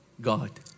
God